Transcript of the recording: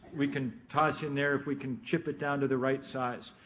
we can toss in there if we can chip it down to the right size.